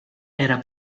era